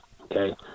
okay